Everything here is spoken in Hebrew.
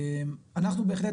אנחנו בהחלט,